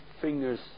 fingers